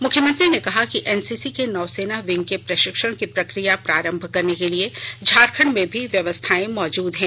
मुख्यमंत्री ने कहा कि एनसीसी के नौसेना विंग के प्रशिक्षण की प्रक्रिया प्रारंभ करने के लिए झारखण्ड में भी व्यवस्थाएं मौजूद हैं